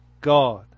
God